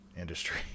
industry